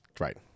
Right